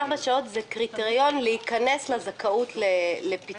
ה-24 שעות זה קריטריון להיכנס לזכאות לפיצויים.